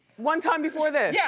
one time before this? yeah.